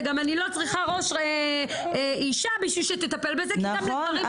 ואני גם לא צריכה ראש אישה בשביל שתטפל בזה כי גם לגברים -- נכון.